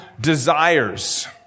desires